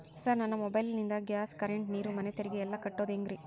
Sir ನನ್ನ mobile ನಿಂದ gas, current, ನೇರು, ಮನೆ ತೆರಿಗೆ ಎಲ್ಲಾ ಕಟ್ಟೋದು ಹೆಂಗ್ರಿ?